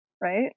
Right